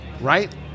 right